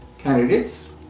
Candidates